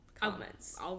comments